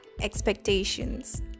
expectations